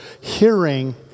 hearing